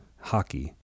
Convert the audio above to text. hockey